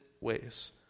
ways